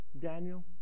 Daniel